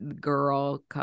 girl